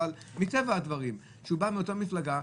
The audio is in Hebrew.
אבל מטבע הדברים שהוא בא מאותה מפלגה,